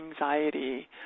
anxiety